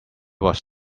was